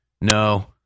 No